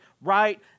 right